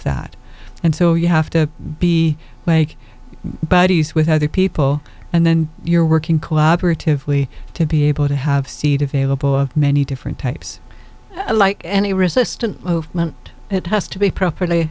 that and so you have to be make buddies with other people and then you're working collaboratively to be able to have seed available many different types like any resistance movement it has to be properly